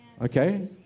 Okay